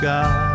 God